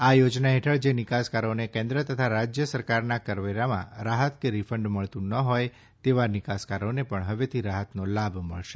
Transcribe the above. આ યોજના હેઠળ જે નિકાસકારોને કેન્દ્ર તથા રાજ્ય સરકારના કરવેરામાં રાહત કે રીફંડ મળતુ ન હોય તેવા નિકાસકારોને પણ હવેથી રાહતનો લાભ મળશે